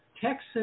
Texas